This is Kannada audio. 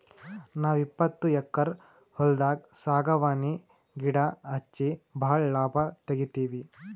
ನಾವ್ ಇಪ್ಪತ್ತು ಎಕ್ಕರ್ ಹೊಲ್ದಾಗ್ ಸಾಗವಾನಿ ಗಿಡಾ ಹಚ್ಚಿ ಭಾಳ್ ಲಾಭ ತೆಗಿತೀವಿ